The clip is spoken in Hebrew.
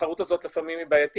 התחרות הזאת היא לפעמים בעייתית,